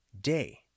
day